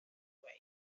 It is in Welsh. ddweud